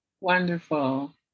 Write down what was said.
Wonderful